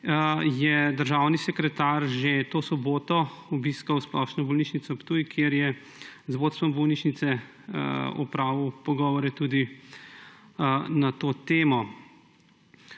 je državni sekretar že to soboto obiskal Splošno bolnišnico Ptuj, kjer je z vodstvom bolnišnice opravil pogovore tudi na to temo.